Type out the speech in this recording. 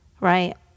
Right